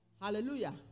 Hallelujah